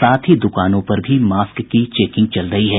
साथ ही दुकानों पर भी मास्क की चेकिंग चल रही है